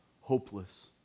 hopeless